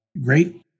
great